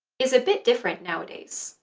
is a bit different nowadays.